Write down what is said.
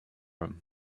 him